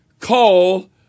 call